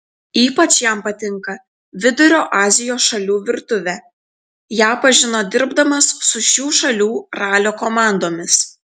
ypač jam patinka vidurio azijos šalių virtuvė ją pažino dirbdamas su šių šalių ralio komandomis